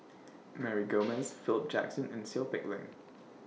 Mary Gomes Philip Jackson and Seow Peck Leng